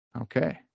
Okay